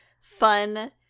fun